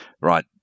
right